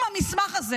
אם המסמך הזה